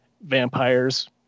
vampires